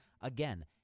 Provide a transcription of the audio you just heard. Again